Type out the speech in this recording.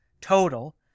total